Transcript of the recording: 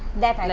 that i